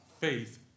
faith